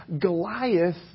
Goliath